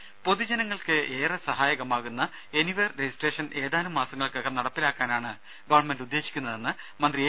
ദേഴ പൊതുജനങ്ങൾക്ക് ഏറെ സഹായകമാകുന്ന എനിവേർ രജിസ്ട്രേഷൻ ഏതാനും മാസങ്ങൾക്കകം നടപ്പിലാക്കാനാണ് ഗവൺമെന്റ് ഉദ്ദേശിക്കുന്നതെന്ന് മന്ത്രി എ